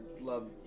love